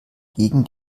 gegen